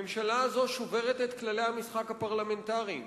הממשלה הזו שוברת את כללי המשחק הפרלמנטריים.